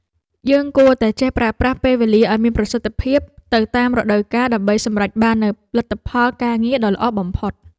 យើងគួរតែចេះប្រើប្រាស់ពេលវេលាឱ្យមានប្រសិទ្ធភាពទៅតាមរដូវកាលដើម្បីសម្រេចបាននូវលទ្ធផលការងារដ៏ល្អបំផុត។